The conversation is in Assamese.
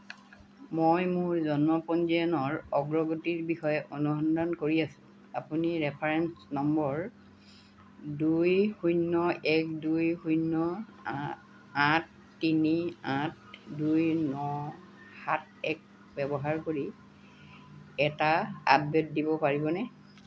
মই মোৰ জন্ম পঞ্জীয়নৰ অগ্ৰগতিৰ বিষয়ে অনুসন্ধান কৰি আছোঁ আপুনি ৰেফাৰেন্স নম্বৰ দুই শূন্য এক দুই শূন্য আঠ তিনি আঠ দুই ন সাত এক ব্যৱহাৰ কৰি এটা আপডেট দিব পাৰিবনে